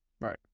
Right